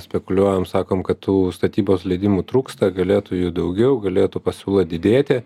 spekuliuojam sakom kad tų statybos leidimų trūksta galėtų jų daugiau galėtų pasiūla didėti